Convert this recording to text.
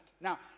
Now